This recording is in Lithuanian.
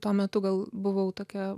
tuo metu gal buvau tokia